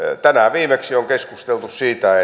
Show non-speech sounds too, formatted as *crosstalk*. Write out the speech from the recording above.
tänään viimeksi on keskusteltu siitä *unintelligible*